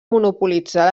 monopolitzar